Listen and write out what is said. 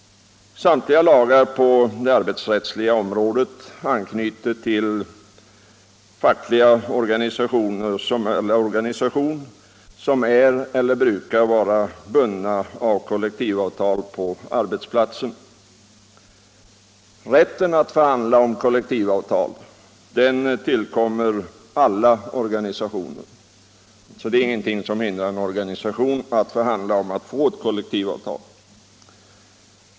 Samtliga lagar på det arbetsrättsliga området anknyter nu till fackliga organisationer som är eller brukar vara bundna av kollektivavtal på arbetsplatsen. Rätten att förhandla om kollektivavtal tillkommer alla organisationer, varför det inte finns någonting som hindrar en organisation att förhandla om att få till stånd ett kollektivavtal.